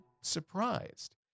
surprised